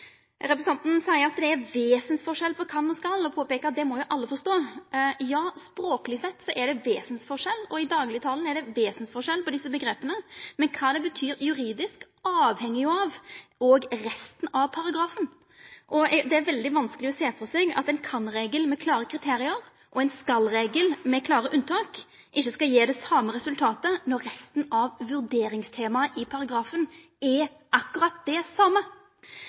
Representanten sa at det er vesensforskjell på kan og skal, og påpeikte at det må jo alle forstå. Ja, språkleg sett er det vesensforskjell, og i daglegtalen er det vesensforskjell på desse omgrepa, men kva det betyr juridisk, avheng jo òg av resten av paragrafen. Det er veldig vanskeleg å sjå for seg at ein kan-regel med klare kriterium og ein skal-regel med klare unntak ikkje skal gje det same resultatet når resten av vurderingstemaet i paragrafen er akkurat det same.